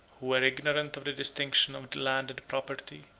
who were ignorant of the distinction of landed property,